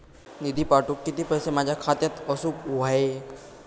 निधी पाठवुक किती पैशे माझ्या खात्यात असुक व्हाये?